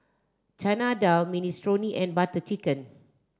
Chana Dal Minestrone and Butter Chicken